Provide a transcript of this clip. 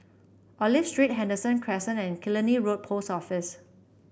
Olive Street Henderson Crescent and Killiney Road Post Office